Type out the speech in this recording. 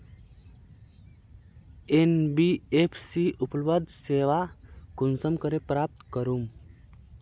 NBFC उपलब्ध सेवा कुंसम करे प्राप्त करूम?